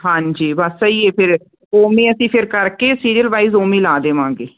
ਹਾਂਜੀ ਬਸ ਸਹੀ ਏ ਫਿਰ ਉਨੀ ਅਸੀਂ ਫਿਰ ਕਰਕੇ ਸੀਰੀਅਲ ਵਾਈਜ਼ ਓਵੇਂ ਲਾ ਦੇਵਾਂਗੇ